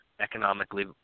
economically